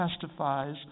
testifies